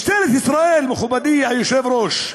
משטרת ישראל, מכובדי היושב-ראש,